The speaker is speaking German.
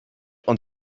und